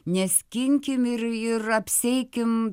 neskinkim ir ir apsieikim